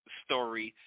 story